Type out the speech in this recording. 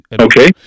Okay